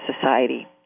society